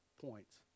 points